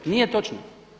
Nije točno.